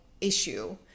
issue